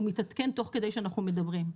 הוא מתעדכן תוך כדי שאנחנו מדברים.